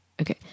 Okay